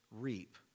reap